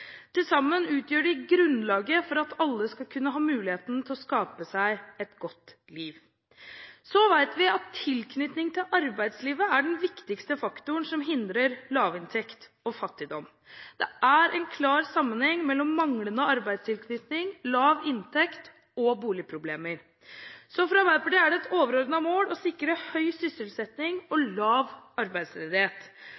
Til sammen utgjør de grunnlaget for at alle skal kunne ha muligheten til å skape seg et godt liv. Så vet vi at tilknytning til arbeidslivet er den viktigste faktoren som hindrer lavinntekt og fattigdom. Det er en klar sammenheng mellom manglende arbeidstilknytning, lav inntekt og boligproblemer, så for Arbeiderpartiet er det et overordnet mål å sikre høy sysselsetting og